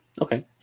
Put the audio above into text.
okay